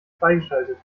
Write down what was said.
freigeschaltet